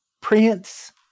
Prince